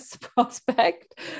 prospect